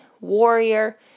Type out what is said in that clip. warrior